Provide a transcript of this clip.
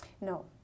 no